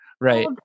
right